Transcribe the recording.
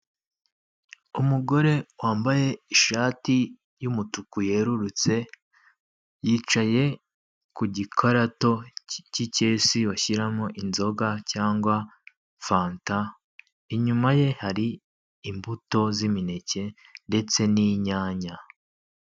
Umugore wambaye ishati y'umutuku yerurutse; yicaye ku gikarato cy'ikesi bashyiramo inzoga cyangwa fata; inyuma ye hari imbuto z'imineke ndetse n'inyanya.